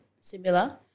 similar